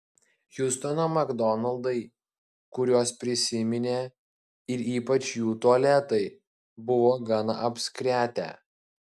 hjustono makdonaldai kuriuos prisiminė ir ypač jų tualetai buvo gan apskretę